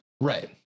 Right